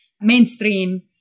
mainstream